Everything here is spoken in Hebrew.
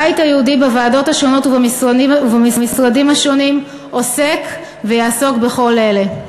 הבית היהודי בוועדות השונות ובמשרדים השונים עוסק ויעסוק בכל אלה,